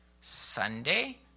Sunday